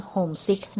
Homesick